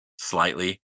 slightly